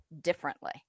differently